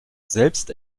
selbst